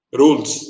rules